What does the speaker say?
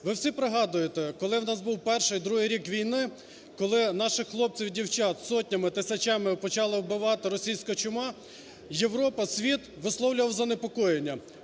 ви всі пригадуєте, коли в нас був перший, другий рік війни, коли наших хлопців і дівчат сотнями, тисячами почала вбивати російська чума, Європа, світ висловлював занепокоєння.